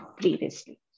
previously